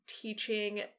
teaching